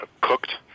cooked